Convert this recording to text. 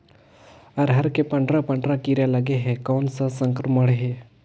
अरहर मे पंडरा पंडरा कीरा लगे हे कौन सा संक्रमण हे?